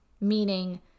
Meaning